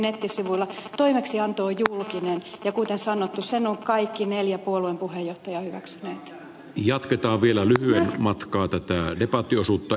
toimeksianto on julkinen ja kuten sanottu sen ovat kaikki neljä puolueen puheenjohtajan lisäksi jatketaan vielä matkaa puheenjohtajaa hyväksyneet